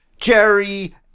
Jerry